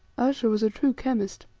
ayesha was a true chemist,